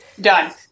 Done